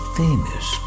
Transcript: famous